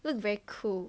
so it's very cool